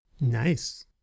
nice